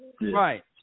Right